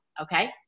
Okay